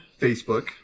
Facebook